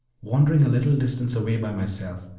wandering a little distance away by myself,